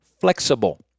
flexible